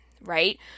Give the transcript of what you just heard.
right